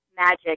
magic